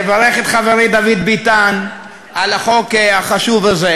ולברך את חברי דוד ביטן על החוק החשוב הזה,